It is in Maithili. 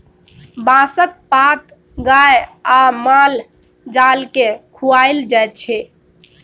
बाँसक पात गाए आ माल जाल केँ खुआएल जाइ छै